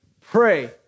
pray